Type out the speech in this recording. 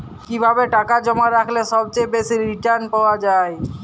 কিভাবে টাকা জমা রাখলে সবচেয়ে বেশি রির্টান পাওয়া য়ায়?